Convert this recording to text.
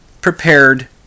prepared